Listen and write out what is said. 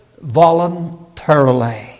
voluntarily